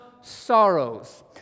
sorrows